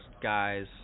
guys